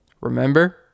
Remember